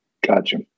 Gotcha